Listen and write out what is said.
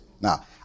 Now